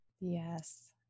Yes